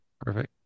perfect